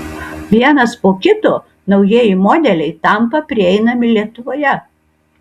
vienas po kito naujieji modeliai tampa prieinami lietuvoje